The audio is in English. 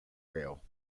rail